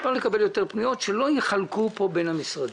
לא נקבל יותר פניות שלא יחלקו בין המשרדים.